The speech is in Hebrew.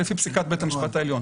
לפי פסיקת בית המשפט העליון.